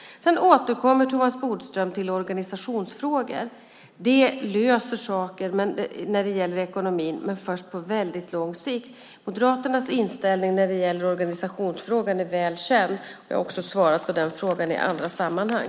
Sedan återkommer Thomas Bodström till organisationsfrågor. Det löser saker när det gäller ekonomin men först på väldigt lång sikt. Moderaternas inställning i organisationsfrågan är väl känd. Jag har svarat på den frågan i andra sammanhang.